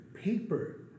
Paper